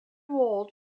wold